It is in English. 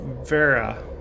vera